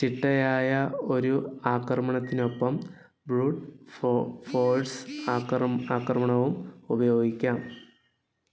ചിട്ടയായ ഒരു ആക്രമണത്തിനൊപ്പം ബ്രൂട്ട് ഫോഴ്സ് ആക്രമണവും ഉപയോഗിക്കാം